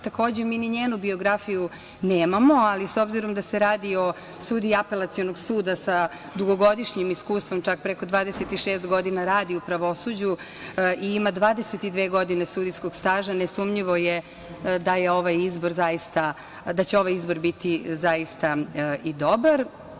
Takođe, mi ni njenu biografiju nemamo, ali s obzirom da se radi o sudiji apelacionog suda sa dugogodišnjim iskustvom, čak preko 26 godina radi u pravosuđu, ima 22 godine sudijskog staža, nesumnjivo je da je ovaj izbor zaista, da će ovaj izbor biti zaista i dobar.